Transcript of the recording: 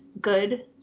good